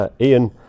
Ian